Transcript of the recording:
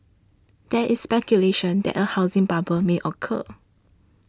there is speculation that a housing bubble may occur